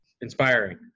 inspiring